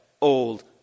old